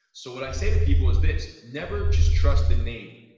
so, what i say to people is this, never just trust the name,